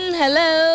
hello